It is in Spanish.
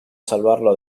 salvarlo